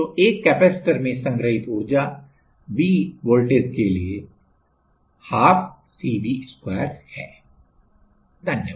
तो एक कैपिसिटर में संग्रहीत ऊर्जा V वोल्टेज के लिए 12 CV2 है